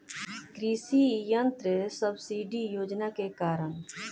कृषि यंत्र सब्सिडी योजना के कारण?